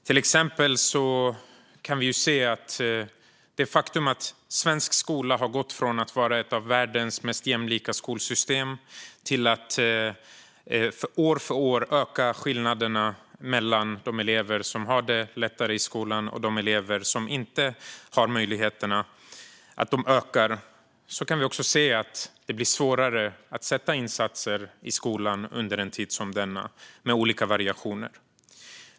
Till exempel kan vi se att det är ett faktum att svensk skola har gått från att vara ett av världens mest jämlika skolsystem till att år för år öka skillnaderna mellan de elever som har det lättare i skolan och de elever som inte har samma möjligheter. Vi kan se att det blir svårare att göra insatser med olika variationer i skolan under en tid som denna.